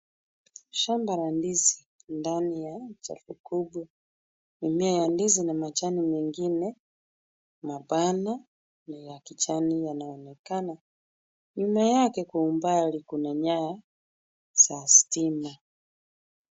Shamba la ndizi ndani ya uchafu kubwa. Mimea ya ndizi na majani mengine mapana na ya kijani yanaonekana, nyuma yake kwa umbali kuna nyaya za stima.